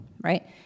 right